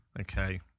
Okay